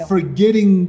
Forgetting